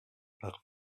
par